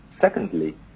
secondly